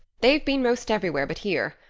they've been most everywhere but here.